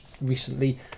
recently